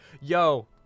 Yo